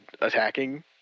attacking